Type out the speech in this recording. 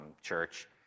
church